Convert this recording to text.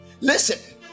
listen